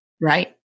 Right